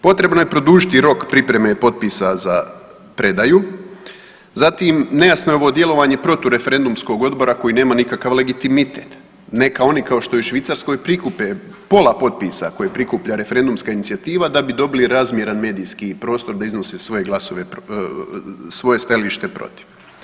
Potrebno je produžiti rok pripreme potpisa za predaju, zatim nejasno je ovo djelovanje protureferendumskog odbora koji nema nikakav legitimitet, neka oni kao što je u Švicarskoj prikupe pola potpisa koje prikuplja referendumska inicijativa da bi dobili razmjeran medijski prostor da iznose svoje glasove, svoje stajalište protiv.